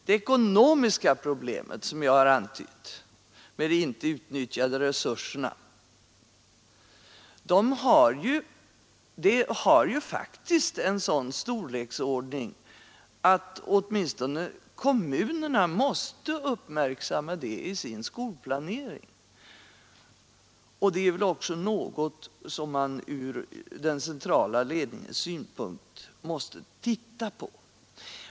Det ekonomiska problemet med de inte utnyttjade resurserna, som jag har antytt, har ju faktiskt en sådan storleksordning att åtminstone kommunerna måste uppmärksamma det i sin skolplanering. Det är väl också något som man från den centrala ledningens synpunkt måste titta på.